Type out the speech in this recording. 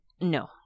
No